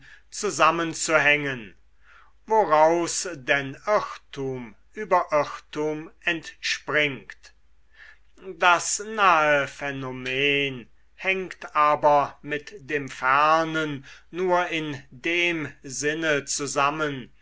fernsten zusammenzuhängen woraus denn irrtum über irrtum entspringt das nahe phänomen hängt aber mit dem fernen nur in dem sinne zusammen